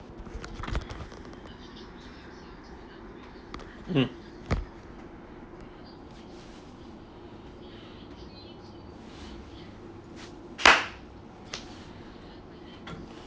mm